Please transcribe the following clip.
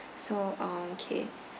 so uh okay